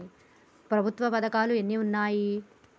ప్రభుత్వ పథకాలు ఎన్ని ఉన్నాయి?